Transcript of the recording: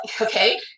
Okay